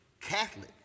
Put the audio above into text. Catholic